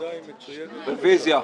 רגע,